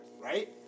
right